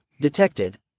Detected